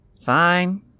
Fine